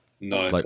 No